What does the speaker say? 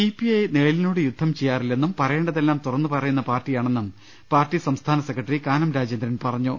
CPI നിഴലിനോട് യുദ്ധം ചെയ്യാറില്ലെന്നും പറ യേണ്ടതെല്ലാം തുറന്നു പറയുന്ന പാർട്ടിയാണെന്നും സംസ്ഥാന സെക്രട്ടറി കാനം രാജേന്ദ്രൻ പറഞ്ഞു